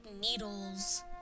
needles